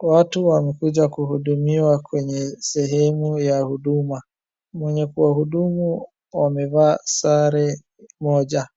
Watu wamekuja kuhudumiwa kwenye sehemu ya huduma. Mwenye kuwahudumu wamevaa sare moja.